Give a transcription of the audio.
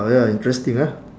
ya interesting ah